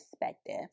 perspective